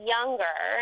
Younger